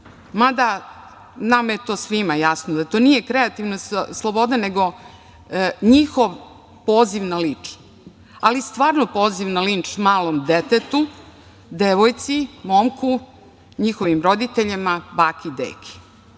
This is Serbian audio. mada nama je to svima jasno da to nije kreativna sloboda, nego njihov poziv na linč, ali stvarno poziv na linč malom detetu, devojci, momku, njihovim roditeljima, baki i deki. Ako